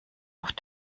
auf